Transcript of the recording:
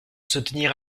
soutenir